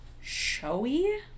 showy